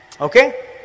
Okay